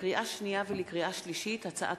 לקריאה שנייה ולקריאה שלישית: הצעת